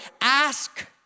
Ask